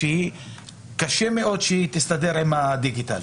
שקשה מאוד שהיא תסתדר עם הדיגיטל.